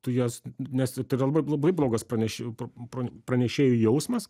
tu jas nes tai yra labai labai blogas praneš pra pra pranešėjui jausmas